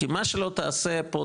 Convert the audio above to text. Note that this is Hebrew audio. כי מה שלא תעשה פה,